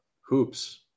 hoops